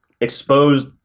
exposed